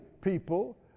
people